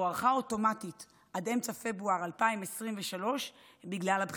והוארכה אוטומטית עד אמצע פברואר 2023 בגלל הבחירות.